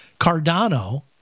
Cardano